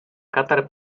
katar